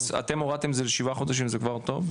אז אתם הורדתם את זה לשבעה חודשים זה כבר טוב.